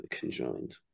conjoined